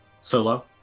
solo